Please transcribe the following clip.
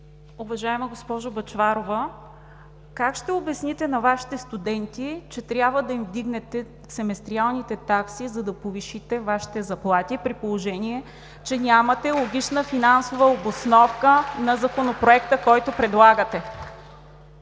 Уважаема госпожо Бъчварова, как ще обясните на Вашите студенти, че трябва да им вдигнете семестриалните такси, за да повишите Вашите заплати, при положение че нямате логична финансова обосновка на Законопроекта, който предлагате?